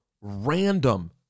random